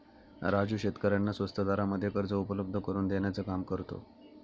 राजू शेतकऱ्यांना स्वस्त दरामध्ये कर्ज उपलब्ध करून देण्याचं काम करतो